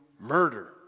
murder